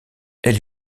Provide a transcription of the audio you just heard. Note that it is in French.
elle